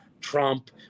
Trump